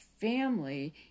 family